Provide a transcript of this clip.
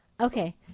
okay